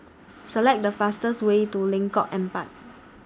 Select The fastest Way to Lengkong Empat